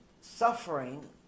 suffering